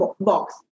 box